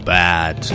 bad